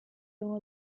uno